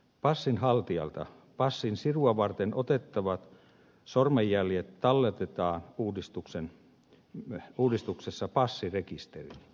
passin haltijalta passin sirua varten otettavat sormenjäljet talletetaan uudistuksessa passirekisteriin